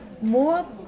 More